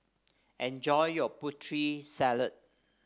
enjoy your Putri Salad